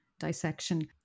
dissection